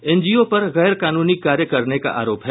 NGO पर गैर कानूनी कार्य करने का आरोप है